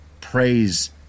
praise